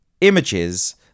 images